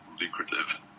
lucrative